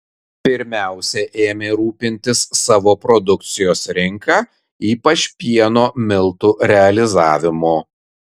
pirmiausia ėmė rūpintis savo produkcijos rinka ypač pieno miltų realizavimu